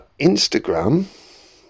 Instagram